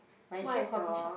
my usual coffeeshop